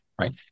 right